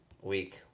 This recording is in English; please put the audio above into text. week